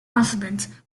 husband